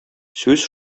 сүз